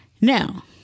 Now